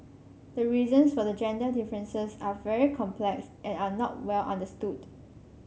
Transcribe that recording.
the reasons for the gender differences are very complex and are not well understood